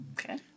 Okay